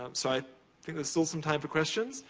um so, i think there's still some time for questions.